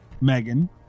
Megan